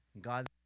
God